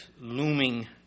looming